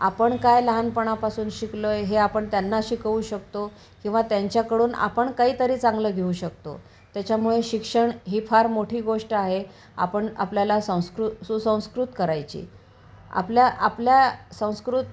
आपण काय लहानपणापासून शिकलो आहे हे आपण त्यांना शिकवू शकतो किंवा त्यांच्याकडून आपण काहीतरी चांगलं घेऊ शकतो त्याच्यामुळे शिक्षण ही फार मोठी गोष्ट आहे आपण आपल्याला सांस्कृ सुसंस्कृत करायची आपल्या आपल्या संस्कृत